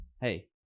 hey